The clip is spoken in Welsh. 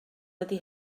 dydy